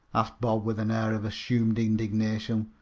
asked bob with an air of assumed indignation.